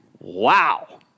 Wow